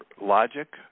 logic